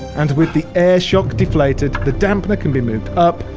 and with the air-shock deflated the dampener can be moved up,